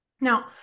Now